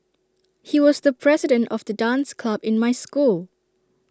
he was the president of the dance club in my school